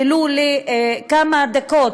ולו לכמה דקות,